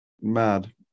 Mad